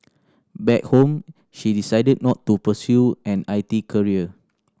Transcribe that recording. back home she decided not to pursue an I T career